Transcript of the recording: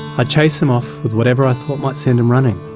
ah chase him off with whatever i thought might send him running.